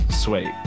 sweet